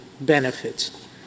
benefits